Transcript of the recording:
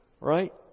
right